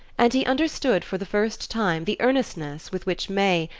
and he understood for the first time the earnestness with which may,